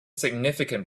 significant